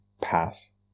pass